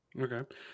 okay